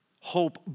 Hope